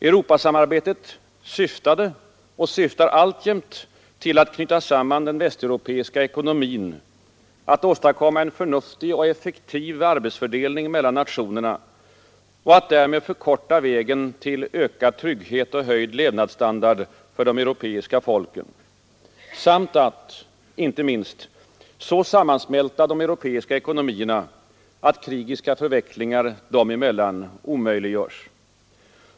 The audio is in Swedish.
Europasamarbetet syftade och syftar alltjämt till att knyta samman den västeuropeiska ekonomin, att åstadkomma en förnuftig och effektiv arbetsfördelning mellan nationerna och att därmed förkorta vägen till ökad trygghet och höjd levnadsstandard för de europeiska folken samt att — inte minst — så sammansmälta de europeiska ekonomierna, att krigiska förvecklingar dem emellan omöjliggörs.